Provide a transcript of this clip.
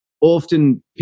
often